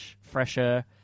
fresher